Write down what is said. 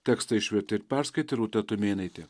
tekstą išvertė ir perskaitė rūta tumėnaitė